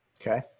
Okay